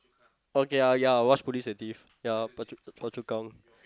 okay uh ya I watch Police-and-Thief ya Phua-Chu Phua-Chu-Kang